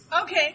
Okay